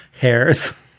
hairs